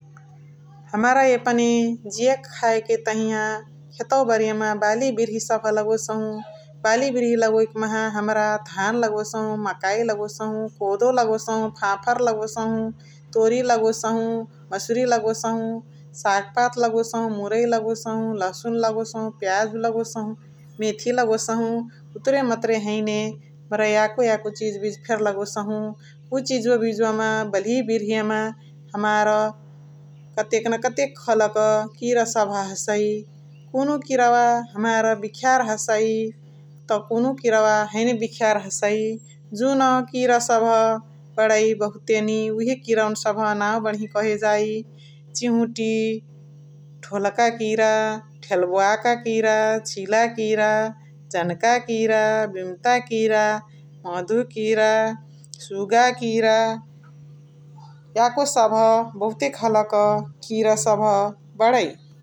हमरा एपने जियके खाएकी तहिया खेतवमा बाली बिर्ही सबह लगोसहु । बाली बिर्ही लगोइकी माहा हमरा धान लगोसहु, मकाइ लगोसहु, कोदो लगोसहु, फाफर लगोसहु, तोरी लगोसहु, मासुरी लगोसहु, साग पात लगोसहु, मुरै लगोसहु, लहसुन लगोसहु, प्याजु लगोसहु, मेथी लगोसहु । उतुरे मतुरे हैने हमरा याको याको चिजु बिजु फेरी लगोसहु । उ चिजुवा बिजुवामा बाली बिर्हिमा कतेक न कतेक खलक किरा सबह हसइ । कुनुहु किरवा हमार बिखियार हसइ त कुनुहु किरवा हैने बिखियार हसइ । जुन किरा सबह बणइ बहुतेनी उहे किरवनी सबह नाउ बणही कहे जाइ चिहुटि, धोलका किरा, धेल्ब्वाका किरा, चिला किरा, जनका किरा, बेमता किरा, मधु किरा, सुगा किरा । याको सबह बहुते खलक किरा सबह बणइ ।